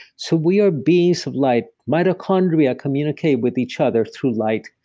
so, we are beings of light. mitochondria communicate with each other through light,